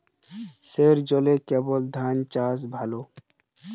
সেলোর জলে কি বোর ধানের চাষ ভালো?